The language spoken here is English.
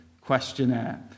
Questionnaire